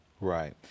Right